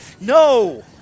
No